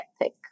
ethic